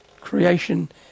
Creation